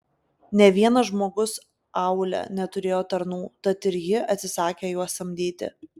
nė vienas žmogus aūle neturėjo tarnų tad ir ji atsisakė juos samdyti